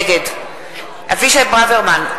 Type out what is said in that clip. נגד אבישי ברוורמן,